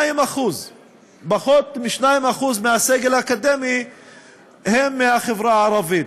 פחות מ-2% מהסגל האקדמי הם מהחברה הערבית,